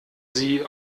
sie